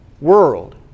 world